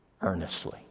earnestly